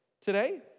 today